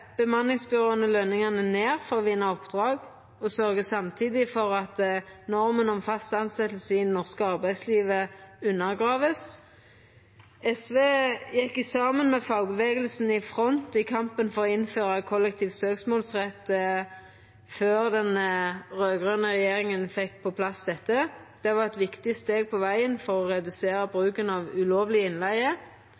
bemanningsbyråa lønene ned for å vinna oppdrag og sørgjer samtidig for at norma om fast tilsetjing i det norske arbeidslivet vert undergraven. SV gjekk saman med fagrørsla i front i kampen for å innføra kollektiv søksmålsrett før den raud-grøne regjeringa fekk dette på plass. Det var eit viktig steg på vegen for å redusera